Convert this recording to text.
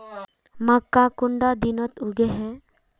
मक्का कुंडा दिनोत उगैहे?